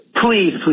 please